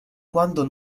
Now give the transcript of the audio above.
quando